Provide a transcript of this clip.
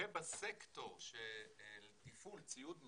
ובסקטור של תפעול ציוד מכני,